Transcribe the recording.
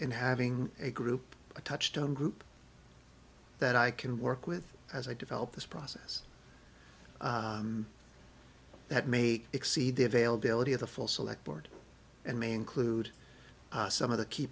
in having a group a touchstone group that i can work with as i develop this process that may exceed the availability of the full select board and may include some of the key